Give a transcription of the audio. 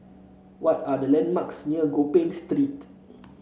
what are the landmarks near Gopeng Street